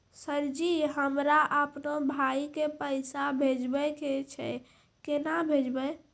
Sir जी हमरा अपनो भाई के पैसा भेजबे के छै, केना भेजबे?